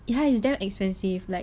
ya it is damn expensive like